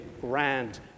grand